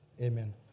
Amen